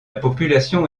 population